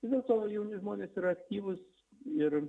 vis dėl to jauni žmonės yra aktyvūs ir